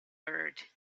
bird